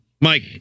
Mike